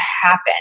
happen